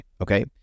Okay